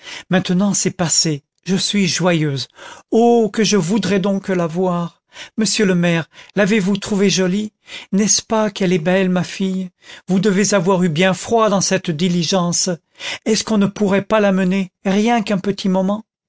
maintenant c'est passé je suis joyeuse oh que je voudrais donc la voir monsieur le maire l'avez-vous trouvée jolie n'est-ce pas qu'elle est belle ma fille vous devez avoir eu bien froid dans cette diligence est-ce qu'on ne pourrait pas l'amener rien qu'un petit moment